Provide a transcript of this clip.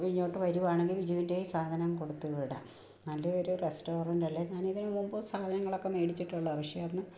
ഇങ്ങോട്ട് വരുവാണെങ്കിൽ ബിജുൻറ്റേൽ സാധനം കൊടുത്തുവിടാം നല്ല ഒരു റെസ്റ്റോറന്റല്ലേ ഞാൻ ഇതിനു മുൻപ് സാധനങ്ങളൊക്കെ മേടിച്ചിട്ടുള്ളയാണ് പക്ഷേ അന്ന്